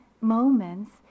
moments